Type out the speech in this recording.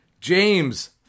James